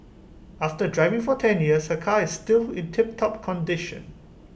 after driving for ten years her car is still in tiptop condition